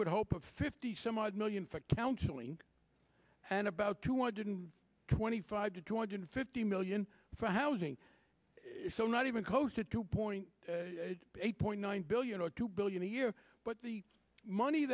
would hope of fifty some odd million fact counseling and about two hundred twenty five to two hundred fifty million for housing so not even close to two point eight point nine billion or two billion a year but the money